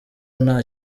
nta